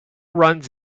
runs